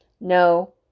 No